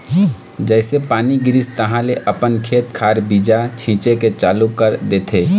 जइसे पानी गिरिस तहाँले अपन खेत खार बीजा छिचे के चालू कर देथे